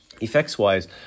Effects-wise